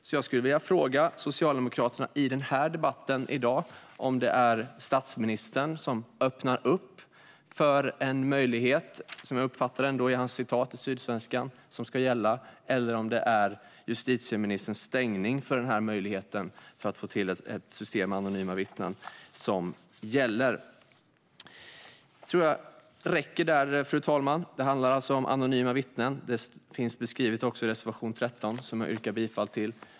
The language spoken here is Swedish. Jag skulle därför vilja fråga Socialdemokraterna i den här debatten i dag om det är att statsministern som öppnar upp för en möjlighet som ska gälla, som jag uppfattade citatet från Sydsvenskan, eller om det är justitieministerns stängning av möjligheten att få till ett system med anonyma vittnen som gäller. Fru talman! Det handlar alltså om anonyma vittnen, som finns beskrivet i reservation 13 som jag yrkar bifall till.